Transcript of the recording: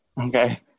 Okay